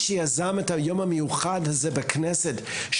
עדים עכשיו לאחרונה על כל הרשתות החברתיות